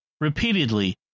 repeatedly